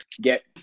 get –